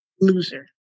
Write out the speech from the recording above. loser